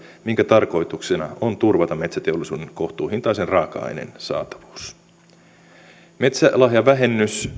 minkä tarkoituksena on turvata metsäteollisuuden kohtuuhintaisen raaka aineen saatavuus metsälahjavähennys